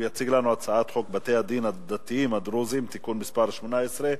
הוא יציג לנו הצעת חוק בתי-הדין הדתיים הדרוזיים (תיקון מס' 18),